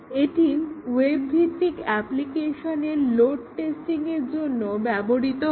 এটি ওয়েব ভিত্তিক অ্যাপ্লিকেশনের লোড টেস্টিং এর জন্য ব্যবহৃত হয়